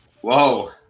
Whoa